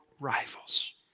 rivals